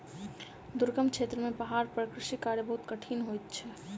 दुर्गम क्षेत्र में पहाड़ पर कृषि कार्य बहुत कठिन होइत अछि